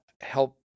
help